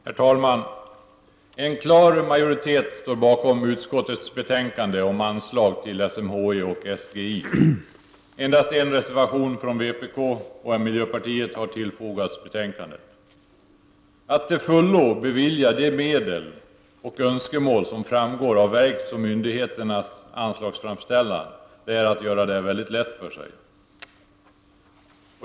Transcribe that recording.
Herr talman! En klar majoritet står bakom utskottets betänkande om anslag till SMHI och SGI. Endast en reservation från vpk och miljöpartiet har fogats till betänkandet. Att till fullo bevilja de medel och tillgodose de önskemål som framgår av verks och myndigheters anslagsframställan är att göra det mycket lätt för sig.